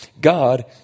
God